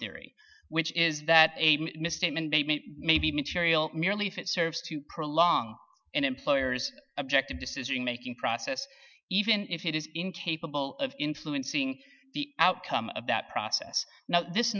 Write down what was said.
theory which is that a misstatement may be material merely if it serves to long and employers objective decision making process even if it is incapable of influencing the outcome of that process now this